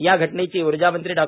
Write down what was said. या घटनेची ऊर्जामंत्री डॉ